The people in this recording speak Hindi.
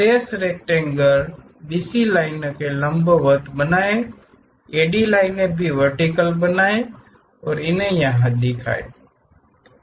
शेष रेक्टेंगल BC लाइनों को लंबवत बनाएं AD लाइनें भी वर्तिक्ल बनाए और उन्हें यह दिखाये